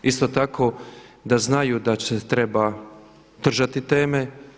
Isto tako da znaju da se treba držati teme.